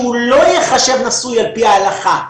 שהוא לא ייחשב נשוי על פי ההלכה.